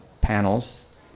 panels